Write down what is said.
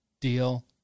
deal